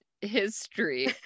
history